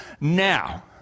Now